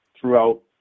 throughout